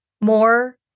more